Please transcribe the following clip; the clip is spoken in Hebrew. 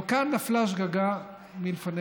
אבל כאן נפלה שגגה מלפניך,